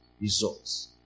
Results